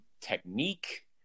technique